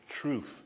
truth